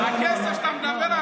דאגתי למשטרה,